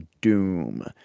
Doom